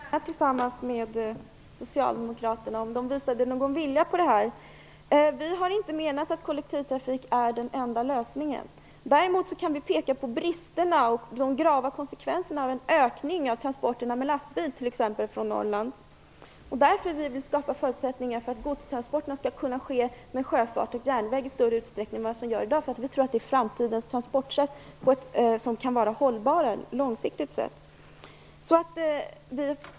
Fru talman! Jag verkar gärna tillsammans med socialdemokraterna om de visar vilja till det. Vi har inte menat att kollektivtrafiken är den enda lösningen. Däremot kan vi peka på bristerna och de grava konsekvenserna av en ökning av transporterna med lastbil, t.ex. från Norrland. Därför vill vi skapa förutsättningar för att godstransporterna skall kunna ske med sjöfart och järnväg i större utsträckning än i dag. Vi tror att det är framtidens transportsätt som långsiktigt kan vara hållbara.